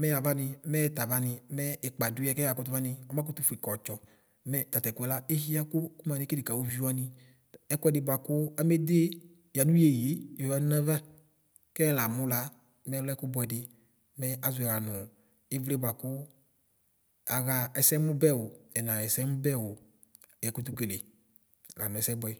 mɛyavani mɛ yɛtawani, mɛɛ ikpa duye keyatu vani, ɔmakuituƒue keotso. Mɛ tatɛkuɛ la ehiaku kumane kele kawuviwani, ɛkuɛdi buaku amedee yaniyeyie yoyǝdu naava kɛɣlaamu la mɔlɛkubuɛdi. Mɛ aʒɔɛla nu ivliɛ buaku aɣa ɛsɛmubɛo, ɛnaɣɛsɛmubɛo yakutu kele la nɛsɛbuɛ.